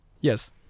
Yes